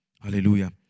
Hallelujah